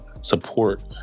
support